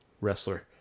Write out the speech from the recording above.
wrestler